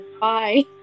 bye